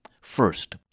First